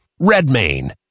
RedMain